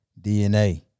DNA